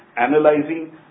analyzing